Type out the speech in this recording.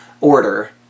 order